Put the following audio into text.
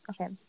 Okay